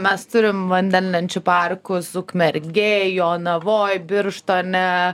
mes turim vandenlenčių parkus ukmergėj jonavoj birštone